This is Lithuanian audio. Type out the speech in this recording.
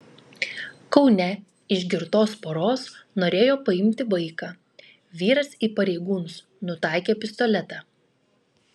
kaune iš girtos poros norėjo paimti vaiką vyras į pareigūnus nutaikė pistoletą